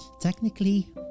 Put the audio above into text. technically